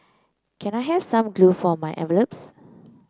can I have some glue for my envelopes